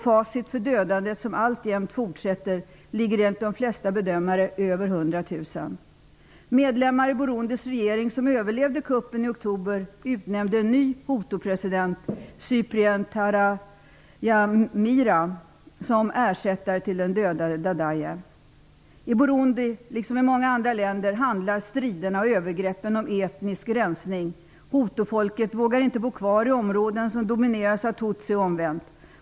Facit för dödandet, som alltjämt fortsätter, ligger enligt de flesta bedömare över 100 000. I Burundi liksom i många andra länder handlar striderna och övergreppen om etnisk rensning. Hutufolket vågar inte bo kvar i områden som domineras av tutsi och omvänt.